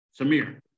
samir